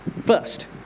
first